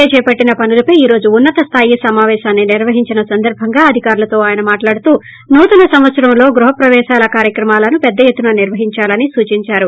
ఏ చేపట్టిన పనులపై ఈ రోజు ఉన్నతస్థాయి సమాపేశాన్ని నిర్వహించిన సందర్బంగా అధికారులతో ఆయన మాట్లాడుతూ నూతన సంవత్సరంలో గృహప్రవేశాల కార్యక్రమాలను పెద్ద ఎత్తున నిర్వహించాలని సూచించారు